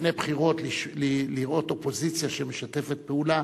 קשה לפני בחירות לראות אופוזיציה שמשתפת פעולה.